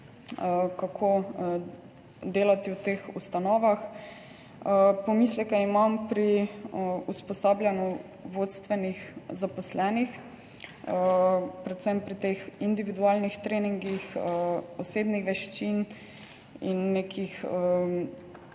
kako delati v teh ustanovah. Pomisleke imam pri usposabljanju vodstvenih zaposlenih, predvsem pri teh individualnih treningih osebnih veščin in